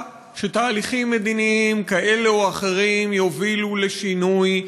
שתהליכים מדיניים כאלה או אחרים יובילו לשינוי,